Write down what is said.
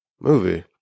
movie